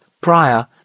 prior